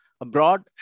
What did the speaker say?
abroad